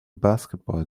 basketball